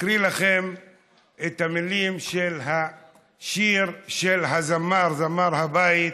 אקריא לכם את המילים של השיר של הזמר, זמר הבית,